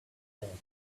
desert